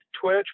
Twitch